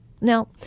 Now